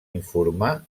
informar